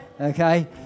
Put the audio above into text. Okay